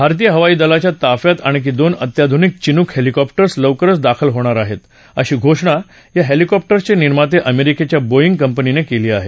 भारतीय हवाई दलाच्या ताफ्यात आणखी दोन अत्याधुनिक चिनूक हेलिकॉप्टर्स लवकरच दाखल होणार आहेत अशी घोषणा या हेलिकॉप्टर्सचे निर्माते बोईग कंपीननं केले आहेत